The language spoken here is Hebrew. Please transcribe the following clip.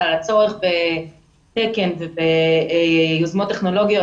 על הצורך בתקן וביוזמות טכנולוגיות,